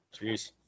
jeez